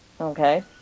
Okay